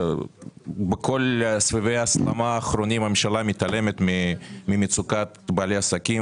בכל סבבי ההסלמה האחרונים הממשלה מתעלמת ממצוקת בעלי העסקים